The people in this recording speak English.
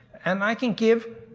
and i can give.